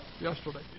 yesterday